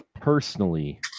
personally